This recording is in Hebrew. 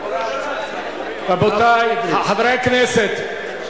בעד רבותי חברי הכנסת,